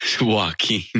Joaquin